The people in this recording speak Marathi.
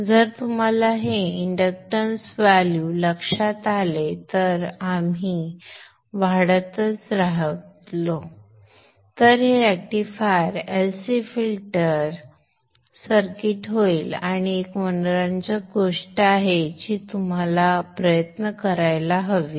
जर तुम्हाला हे इंडक्टन्स व्हॅल्यू लक्षात आले तर आपण वाढतच राहिलो तर ते रेक्टिफायर LC फिल्टर सर्किट होईल ही एक मनोरंजक गोष्ट आहे जी तुम्ही प्रयत्न करायला हवी